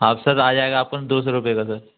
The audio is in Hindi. हाफ सर आ जाएगा अपन दो सौ रुपये करके